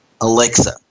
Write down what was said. Alexa